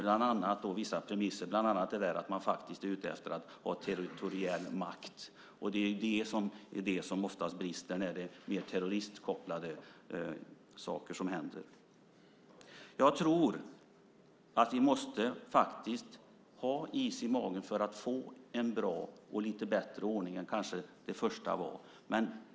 Däri ingår vissa premisser, bland annat att man faktisk är ute efter territoriell makt, och det är ju det som oftast brister när det är terroristkopplade saker som händer. Jag tror att vi måste ha is i magen, så att vi kan få en ordning som kanske är lite bättre än den första var.